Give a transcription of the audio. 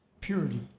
purity